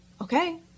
Okay